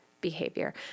behavior